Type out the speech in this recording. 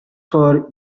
for